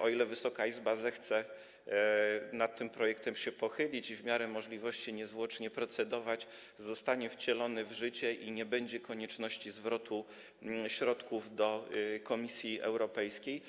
o ile Wysoka Izba zechce nad tym projektem się pochylić i w miarę możliwości niezwłocznie nad nim procedować, zostanie dotrzymany i nie będzie konieczności zwrotu środków do Komisji Europejskiej.